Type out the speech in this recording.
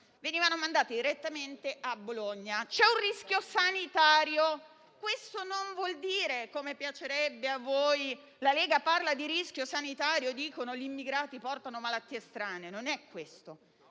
venivano mandati direttamente a Bologna. C'è un rischio sanitario. Questo non vuol dire, come piacerebbe a voi, che quando la Lega parla di rischio sanitario intende che gli immigrati portano malattie strane. Non è questo.